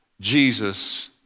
Jesus